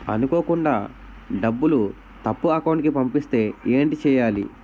అనుకోకుండా డబ్బులు తప్పు అకౌంట్ కి పంపిస్తే ఏంటి చెయ్యాలి?